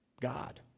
God